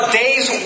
day's